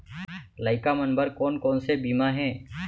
लइका मन बर कोन कोन से बीमा हे?